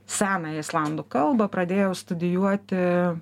senąją islandų kalbą pradėjau studijuoti